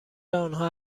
آنها